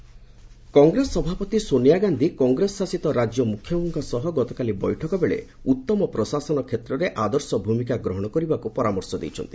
ସୋନିଆ କଂଗ୍ରେସ ସଭାପତି ସୋନିଆ ଗାନ୍ଧି କଂଗ୍ରେସ ଶାସିତ ରାଜ୍ୟ ମୁଖ୍ୟଙ୍କ ସହ ଗତକାଲି ବୈଠକ ବେଳେ ଉତ୍ତମ ପ୍ରଶାସନ କ୍ଷେତ୍ରରେ ଆଦର୍ଶ ଭୂମିକା ଗ୍ରହଣ କରିବାକୁ ପରାମର୍ଶ ଦେଇଛନ୍ତି